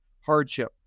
hardship